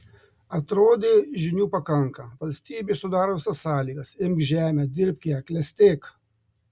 atrodė žinių pakanka valstybė sudaro visas sąlygas imk žemę dirbk ją klestėk